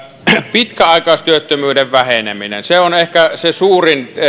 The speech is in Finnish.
pitkäaikaistyöttömyyden väheneminen on ehkä se suurin